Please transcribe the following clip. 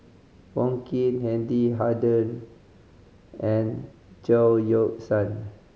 Wong Keen Wendy Hutton and Chao Yoke San